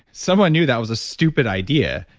someone knew that was a stupid idea.